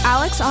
Alex